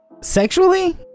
sexually